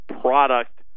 product